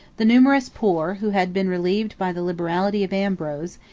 the numerous poor, who had been relieved by the liberality of ambrose,